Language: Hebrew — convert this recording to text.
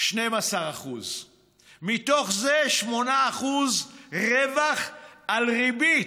12%. מתוך זה 8% רווח על ריבית,